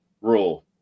rule